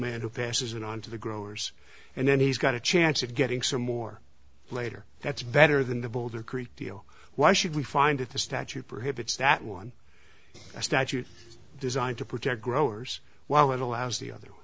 middleman who passes it on to the growers and then he's got a chance of getting some more later that's better than the boulder creek deal why should we find it the statue perhaps it's that one statute designed to protect growers while it allows the other